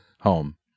home